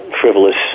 frivolous